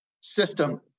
system